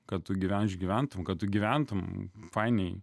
kad tu gyven išgyventum kad tu gyventum fainiai